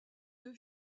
deux